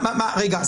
רגע,